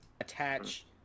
attach